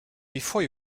before